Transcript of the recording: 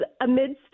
amidst